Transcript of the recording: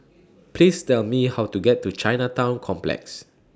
Please Tell Me How to get to Chinatown Complex